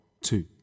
two